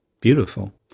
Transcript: beautiful